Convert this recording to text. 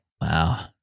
wow